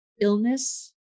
illness